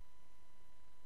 של הגדלת היצע הקרקעות.